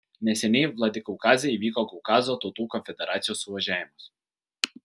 neseniai vladikaukaze įvyko kaukazo tautų konfederacijos suvažiavimas